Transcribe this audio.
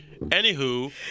Anywho